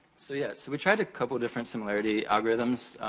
so yeah. so, we tried a couple different similarity algorithms.